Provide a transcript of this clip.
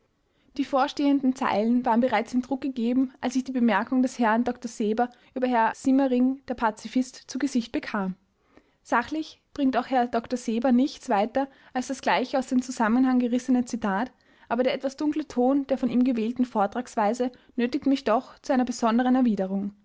die vorstehenden zeilen waren bereits in druck gegeben als ich die bemerkungen des herrn dr seber über herr siemering der pazifist zu gesicht bekam sachlich bringt auch herr dr seber nichts weiter als das gleiche aus dem zusammenhang gerissene zitat aber der etwas dunkle ton der von ihm gewählten vortragsweise nötigt mich doch zu einer besonderen erwiderung